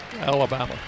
Alabama